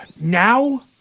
Now